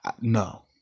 No